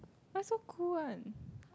why so cool one